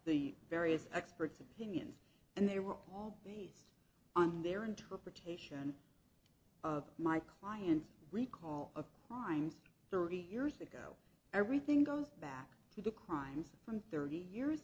the various experts opinions and they were all based on their interpretation of my client's recall of times thirty years ago everything goes back to the crimes from thirty years